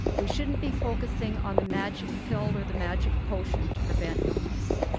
we shouldn't be focusing on the magic pill or the magic potion to prevent illness.